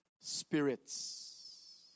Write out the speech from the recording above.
spirits